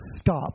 stop